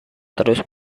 terus